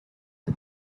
for